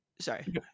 sorry